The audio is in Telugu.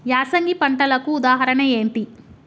యాసంగి పంటలకు ఉదాహరణ ఏంటి?